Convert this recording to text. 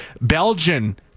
Belgian